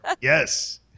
Yes